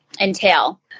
entail